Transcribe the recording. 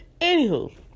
anywho